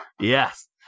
Yes